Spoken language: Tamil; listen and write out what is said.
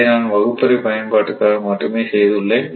இதை நான் வகுப்பறை பயன்பாட்டுக்காக மட்டுமே செய்துள்ளேன்